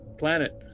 planet